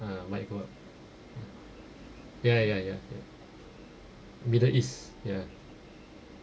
ah my god ya ya ya ya middle east ya